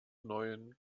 neuen